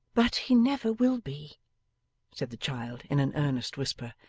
but he never will be said the child in an earnest whisper.